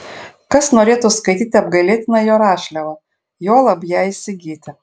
kas norėtų skaityti apgailėtiną jo rašliavą juolab ją įsigyti